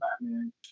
Batman